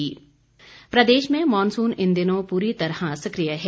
मौसम प्रदेश में मॉनसून इन दिनों पूरी तरह सक्रिय है